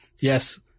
yes